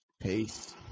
Peace